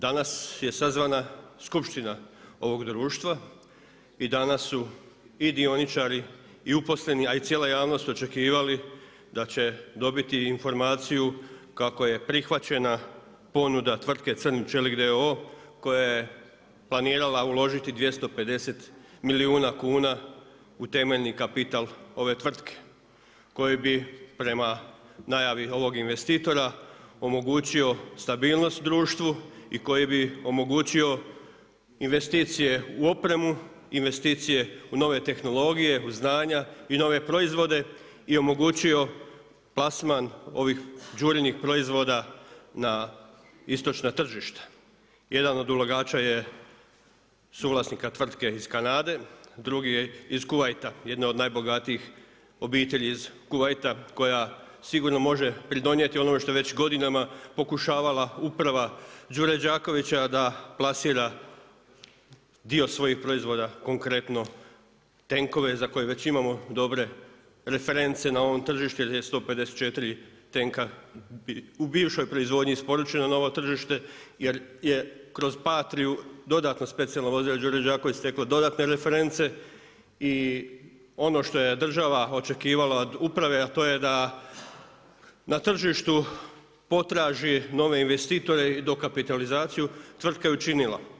Danas je sazvana skupština ovog društva i danas su i dioničari i uposleni, a i cijela javnost očekivali da će dobiti informaciju kako je prihvaćena ponude Crni čelik d.o.o. koja je planirala uložiti 250 milijuna kuna u temeljni kapital ove tvrtke koji prema najavi ovog investitora omogućio stabilnost društvu i koji bi omogućio investicije u opremu, investicije u nove tehnologije i znanja i nove proizvode i omogućio plasman ovih Đurinih proizvoda na istočna tržišta. jedan od ulagača je suvlasnika tvrtke iz Kanade, drugi je iz Kuvajta, jedne od najbogatijih obitelji iz Kuvajta koja sigurno može pridonijeti onome što je već godinama pokušavala uprava Đure Đakovića a da plasira dio svojih proizvoda konkretno tenkove za koje već dobre reference na ovom tržištu gdje je 154 tenka u bivšoj proizvodnji isporučeno na ovo tržište jer je kroz Patriju dodatno specijalno vozilo Đuro Đaković stekle dodatne reference i ono što je država očekivala od uprave a to je da na tržištu potraži nove investitore i dokapitalizaciju, tvrtka je učinila.